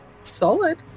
solid